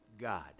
God